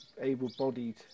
able-bodied